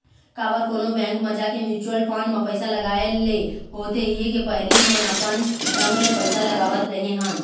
काबर कोनो बेंक म जाके म्युचुअल फंड म पइसा लगाय ले होथे ये के पहिली हमन अपन ढंग ले पइसा लगावत रेहे हन